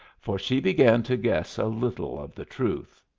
for she began to guess a little of the truth.